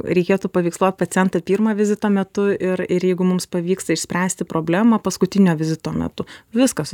reikėtų paveiksluot pacientą pirmą vizito metu ir ir jeigu mums pavyksta išspręsti problemą paskutinio vizito metu viskas